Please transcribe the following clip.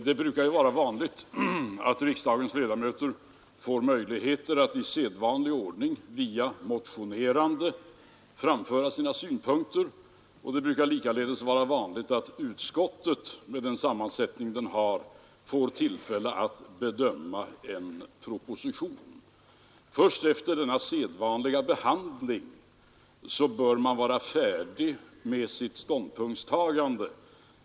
Det brukar ju vara så att riksdagens ledamöter får möjligheter att i sedvanlig ordning via motionerande framföra sina synpunkter, och det brukar likaledes vara så att utskottet, med den sammansättning det har, får tillfälle att bedöma en proposition. Först efter denna sedvanliga behandling bör man vara färdig med sitt ståndspunktstagande.